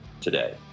today